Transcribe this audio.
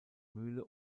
mühle